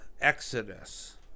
Exodus